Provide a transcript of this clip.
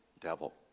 devil